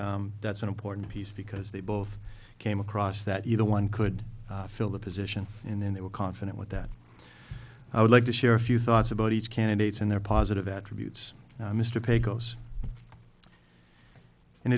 that's an important piece because they both came across that either one could fill the position and then they were confident with that i would like to share a few thoughts about each candidates and their positive attributes mr p